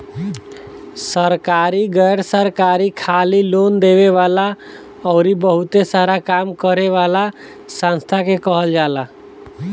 सरकारी, गैर सरकारी, खाली लोन देवे वाला अउरी बहुते सारा काम करे वाला संस्था के कहल जाला